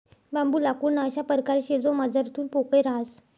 बांबू लाकूडना अशा परकार शे जो मझारथून पोकय रहास